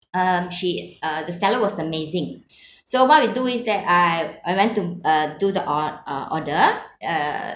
um she uh the seller was amazing so what we do is that I I went to uh do the od~ uh order uh